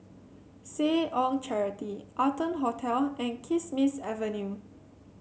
Seh Ong Charity Arton Hotel and Kismis Avenue